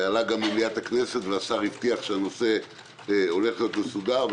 הוא עלה גם במליאת הכנסת והשר הבטיח שזה הולך להיות מסודר.